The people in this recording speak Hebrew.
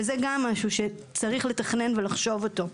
וזה גם משהו שצריך לתכנן ולחשוב אותו.